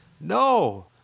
No